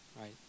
right